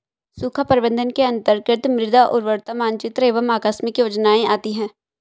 सूखा प्रबंधन के अंतर्गत मृदा उर्वरता मानचित्र एवं आकस्मिक योजनाएं आती है